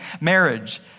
marriage